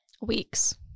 Weeks